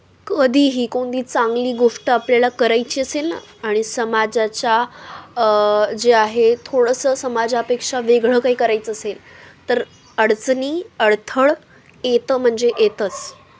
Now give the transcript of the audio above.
कधी ही कोणती चांगली गोष्ट आपल्याला करायची असेल आणि समाजाच्या जे आहे थोडंसं समाजापेक्षा वेगळं काही करायचं असेल तर अडचणी अडथळे येतं म्हणजे येतंस